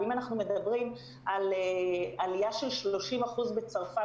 ואם אנחנו מדברים על עלייה של 30% בצרפת